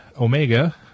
Omega